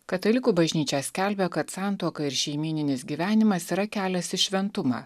katalikų bažnyčia skelbia kad santuoka ir šeimyninis gyvenimas yra kelias į šventumą